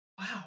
Wow